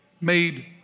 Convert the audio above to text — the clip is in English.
made